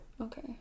Okay